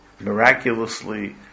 miraculously